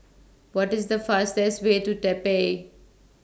What IS The fastest Way to Taipei